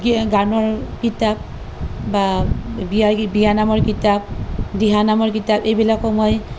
গানৰ কিতাপ বা বিয়া বিয়া বিয়ানামৰ কিতাপ দিহানামৰ কিতাপ এইবিলাকো মই